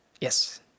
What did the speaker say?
Yes